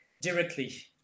directly